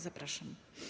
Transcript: Zapraszam.